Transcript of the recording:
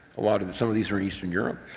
a lot and some of these are eastern europe